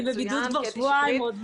אני בבידוד כבר שבועיים.